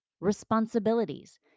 responsibilities